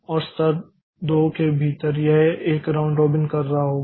और स्तर 2 के भीतर यह एक राउंड रॉबिन कर रहा होगा